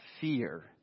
fear